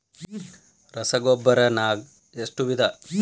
ರಸಗೊಬ್ಬರ ನಾಗ್ ಎಷ್ಟು ವಿಧ?